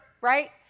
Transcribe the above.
right